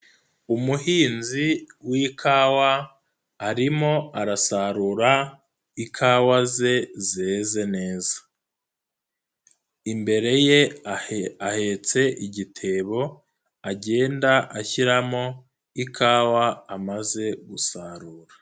Umuhinzi w'ikawa arimo arasarura ikawa ze zeze neza, imbere ye ahetse igitebo agenda ashyiramo ikawa amaze gusarura.